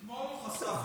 אתמול הוא חשף --- סודיים.